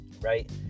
right